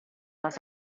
les